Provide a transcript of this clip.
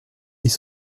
ils